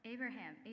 Abraham